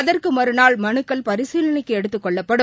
அதற்குமறுநாள் மனுக்கள் பரிசீலனைக்குஎடுத்துக் கொள்ளப்படும்